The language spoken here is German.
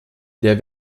der